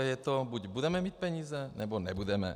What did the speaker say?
Je to buď budeme mít peníze, nebo nebudeme.